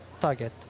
target